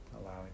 allowing